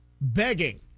begging